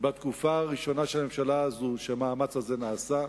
בתקופה הראשונה של הממשלה הזאת שהמאמץ הזה נעשה.